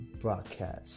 broadcast